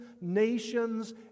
nations